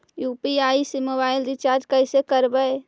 UPI से mobile recharge कैसे करबइ?